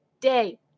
day